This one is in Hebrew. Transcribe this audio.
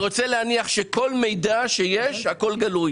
אני רוצה להניח שכל מידע שיש, הכול גלוי